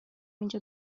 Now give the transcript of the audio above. اینجا